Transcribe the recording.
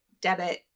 debit